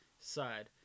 side